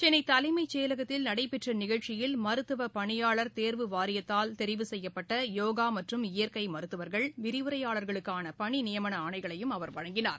சென்னை தலைமைச் செயலகத்தில் நடைபெற்ற நிகழ்ச்சியில் மருத்துவ பணியாளர் தேர்வு வாரியத்தால் தெரிவு செய்யப்பட்ட யோகா மற்றும் இயற்கை மருத்துவர்கள் விரிவுரையாளர்களுக்கான பணி நியமன ஆணைகளையும் அவர் வழங்கினார்